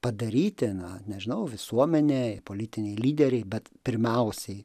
padaryti na nežinau visuomenė politiniai lyderiai bet pirmiausiai